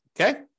Okay